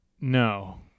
no